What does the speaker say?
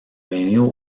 venido